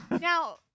Now